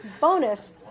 bonus